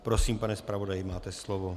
Prosím, pane zpravodaji, máte slovo.